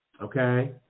okay